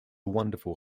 wonderful